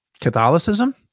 Catholicism